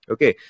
Okay